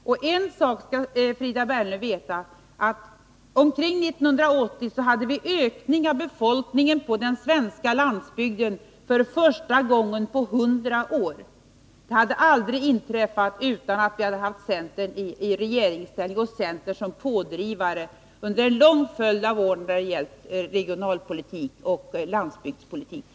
En sak skall Frida Berglund veta. Omkring 1980 kunde vi för första gången på 100 år notera en ökning av befolkningen på den svenska landsbygden. Det hade aldrig inträffat utan centern i regeringsställning och såsom pådrivare under en lång följd av år i fråga om regionalpolitiken och landsbygdspolitiken.